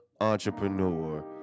entrepreneur